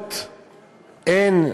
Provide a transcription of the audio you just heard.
הדתות אין,